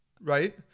right